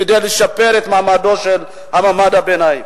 כדי לשפר את מעמדו של מעמד הביניים?